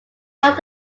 not